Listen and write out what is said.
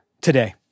today